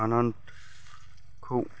आनंतखौ